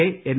A N